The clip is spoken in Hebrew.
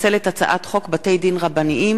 הצעת חוק הרשות לפיתוח הגליל (תיקון,